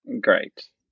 great